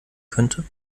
könnte